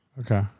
okay